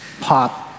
pop